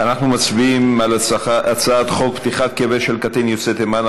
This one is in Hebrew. אנחנו מצביעים על הצעת חוק פתיחת קבר של קטין יוצא תימן,